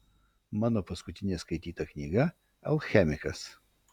mano paskutinė skaityta knyga alchemikas